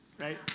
right